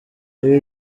ibi